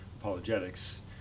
apologetics